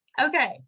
Okay